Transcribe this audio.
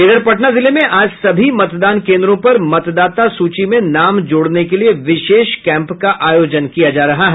इधर पटना जिले में आज सभी मतदान केंद्रों पर मतदाता सूची में नाम जोड़ने के लिये विशेष कैंप का आयोजन किया जा रहा है